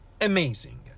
amazing